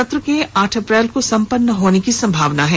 सत्र के आठ अप्रैल को सम्पन्न होने की संभावना है